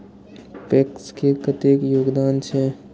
PACS के कतेक योगदान छै?